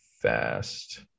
fast